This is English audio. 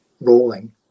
rolling